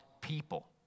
people